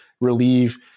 relieve